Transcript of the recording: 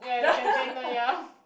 ya you can take that ya